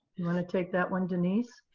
you want to take that one, denise?